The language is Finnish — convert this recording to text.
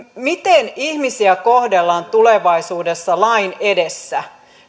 miten ihmisiä kohdellaan tulevaisuudessa lain edessä